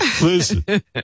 Listen